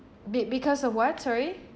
be~ because of what sorry